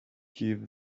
give